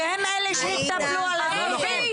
והם אלה שהתנפלו על הסטודנט.